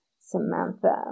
Samantha